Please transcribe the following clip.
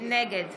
נגד